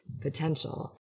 potential